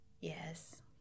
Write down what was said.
Yes